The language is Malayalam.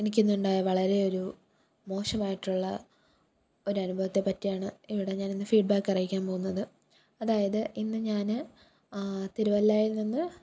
എനിക്കിന്നുണ്ടായ വളരെ ഒരു മോശമായിട്ടുള്ള ഒരനുഭവത്തെപ്പറ്റിയാണ് ഇവിടെ ഞാൻ ഫീഡ്ബാക്ക് അറിയിക്കാൻ പോകുന്നത് അതായത് ഇന്ന് ഞാന് തിരുവല്ലായിൽ നിന്ന്